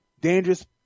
dangerous